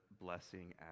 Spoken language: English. blessing